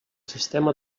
sistema